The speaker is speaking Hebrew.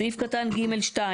סעיף קטן (ג)(2)